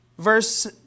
Verse